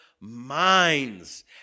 minds